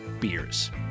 beers